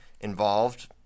involved